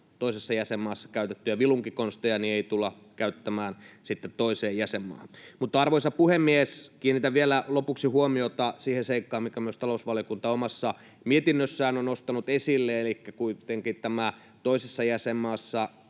toisessa jäsenmaassa käytettyjä vilunkikonsteja ei tulla käyttämään sitten toiseen jäsenmaahan. Arvoisa puhemies! Kiinnitän vielä lopuksi huomiota siihen seikkaan, minkä myös talousvaliokunta omassa mietinnössään on nostanut esille. Elikkä kun kuitenkin tämä toisessa jäsenmaassa